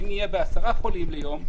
אם נהיה עם 10 חולים ליום,